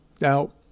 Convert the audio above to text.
Now